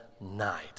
night